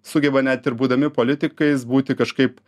sugeba net ir būdami politikais būti kažkaip